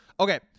Okay